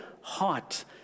heart